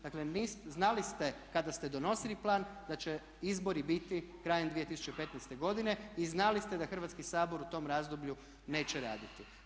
Dakle, znali ste kada ste donosili plan da će izbori biti krajem 2015. godine i znali ste da Hrvatski sabor u tom razdoblju neće raditi.